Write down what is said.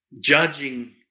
judging